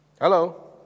Hello